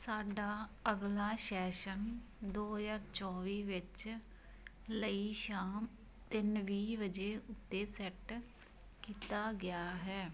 ਸਾਡਾ ਅਗਲਾ ਸੈਸ਼ਨ ਦੋ ਹਜ਼ਾਰ ਚੌਵੀ ਵਿੱਚ ਲਈ ਸ਼ਾਮ ਤਿੰਨ ਵੀਹ ਵਜ੍ਹੇ ਉੱਤੇ ਸੈੱਟ ਕੀਤਾ ਗਿਆ ਹੈ